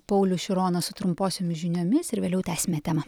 paulių široną su trumposiomis žiniomis ir vėliau tęsime temą